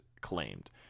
claimed